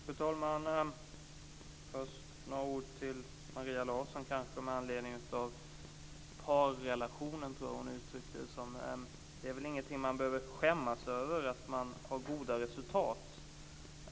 Fru talman! Först vill jag säga några ord till Maria Larsson. Jag tror att hon använde uttrycket "parrelation". Man behöver väl inte skämmas över att man har goda resultat.